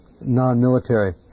non-military